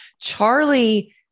Charlie